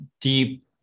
deep